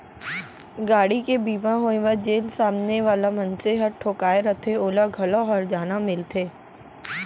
गाड़ी के बीमा होय म जेन सामने वाला मनसे ह ठोंकाय रथे ओला घलौ हरजाना मिलथे